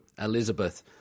Elizabeth